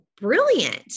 brilliant